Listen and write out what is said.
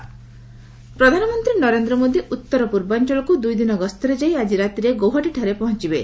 PM north east ପ୍ରଧାନମନ୍ତ୍ରୀ ନରେନ୍ଦ୍ର ମୋଦି ଉତ୍ତରପୂର୍ବାଞ୍ଚଳକୁ ଦୁଇଦିନ ଗସ୍ତରେ ଯାଇ ଆକି ରାତିରେ ଗୌହାଟୀଠାରେ ପହଞ୍ଚିବେ